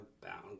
bound